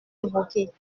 évoquée